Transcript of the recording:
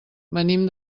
venim